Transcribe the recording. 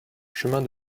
chemin